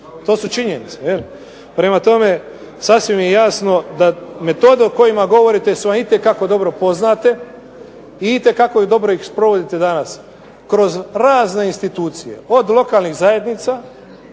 To su činjenice jel'. Prema tome, sasvim je jasno da metode o kojima govorite su vam itekako dobro poznate i itekako ih dobro sprovodite danas kroz razne institucije. Od lokalnih zajednica